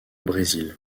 brésil